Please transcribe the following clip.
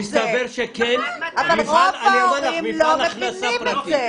מסתבר שכן, מפעל הכנסה פרטי.